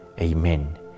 Amen